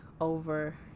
over